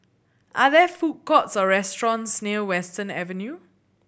are there food courts or restaurants near Western Avenue